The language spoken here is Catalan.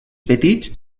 petits